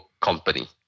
company